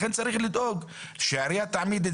לכן צריך לדאוג שהעירייה תעמיד את